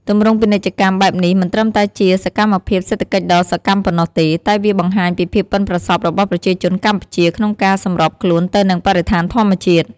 ទម្រង់ពាណិជ្ជកម្មបែបនេះមិនត្រឹមតែជាសកម្មភាពសេដ្ឋកិច្ចដ៏សកម្មប៉ុណ្ណោះទេ តែវាបង្ហាញពីភាពប៉ិនប្រសប់របស់ប្រជាជនកម្ពុជាក្នុងការសម្របខ្លួនទៅនឹងបរិស្ថានធម្មជាតិ។